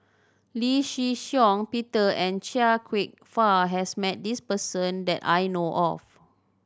Lee Shih Shiong Peter and Chia Kwek Fah has met this person that I know of